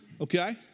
Okay